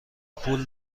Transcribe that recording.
پول